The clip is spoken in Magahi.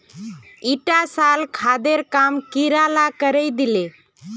ईटा साल खादेर काम कीड़ा ला करे दिले